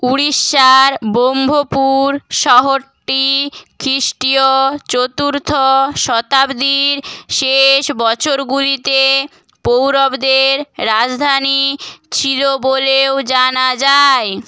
উড়িষ্যার ব্রহ্মপুর শহরটি খ্রিষ্টীয় চতুর্থ শতাব্দীর শেষ বছরগুলিতে পৌরবদের রাজধানী ছিল বলেও জানা যায়